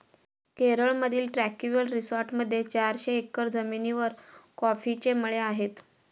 केरळमधील ट्रँक्विल रिसॉर्टमध्ये चारशे एकर जमिनीवर कॉफीचे मळे आहेत